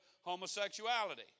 homosexuality